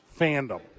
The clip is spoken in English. fandom